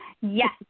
Yes